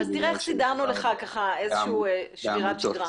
אז תראה איך סידרנו לך ככה איזה שהיא שבירת שגרה.